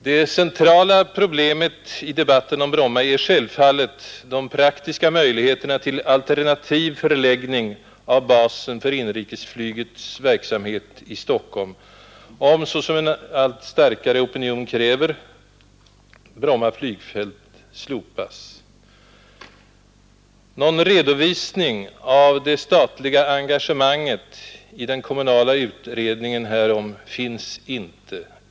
Det centrala problemet i debatten om Bromma är självfallet de praktiska möjligheterna till alternativ förläggning av basen för inrikesflygets verksamhet i Stockholm om, såsom en allt starkare opinion kräver, Bromma flygfält slopas. Någon redovisning av det statliga engagemanget i den kommunala utredningen härom finns inte.